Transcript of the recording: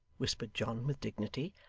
whispered john, with dignity,